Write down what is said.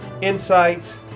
insights